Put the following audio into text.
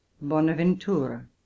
Bonaventura